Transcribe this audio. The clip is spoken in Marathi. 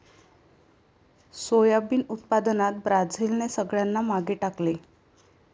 सोयाबीन उत्पादनात ब्राझीलने सगळ्यांना मागे टाकले